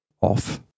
off